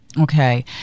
Okay